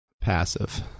passive